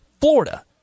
Florida